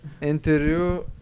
interview